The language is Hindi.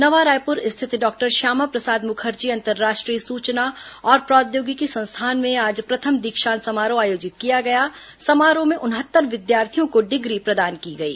नवा रायपुर रिथित डॉक्टर श्यामा प्रसाद मुखर्जी अंतर्राष्ट्रीय सूचना और प्रौद्योगिकी संस्थान में आज प्रथम दीक्षांत समारोह आयोजित किया गया समारोह में उनहत्तर विद्यार्थियों को डिग्री प्रदान की गई